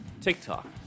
TikTok